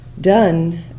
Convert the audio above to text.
done